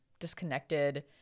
disconnected